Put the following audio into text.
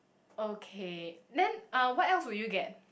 okay then uh what else will you get